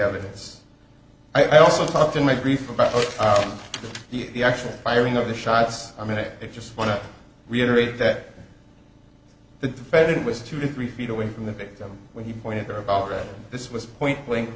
evidence i also talked to my grief about the actual firing of the shots i mean i just want to reiterate that the defendant was two to three feet away from the victim when he pointed her about that this was point blank